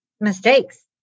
mistakes